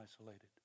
isolated